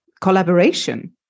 collaboration